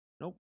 Nope